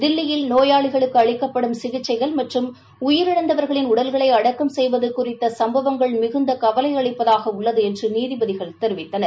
தில்லியில் நோயாளிகளுக்கு அளிக்கப்படும் சிகிச்சைகள் மற்றும் உயிரிழந்தவர்களின் உடல்களை அடக்கம் செய்வது சுறித்த சும்பவங்கள் மிகுந்த கவலை அளிப்பதாக உள்ளது என்று நீதிபதிகள் தெரிவித்தனர்